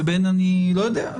ואני לא יודע,